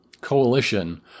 coalition